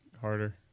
harder